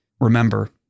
remember